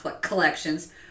collections